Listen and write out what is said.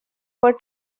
for